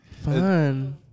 fun